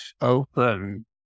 open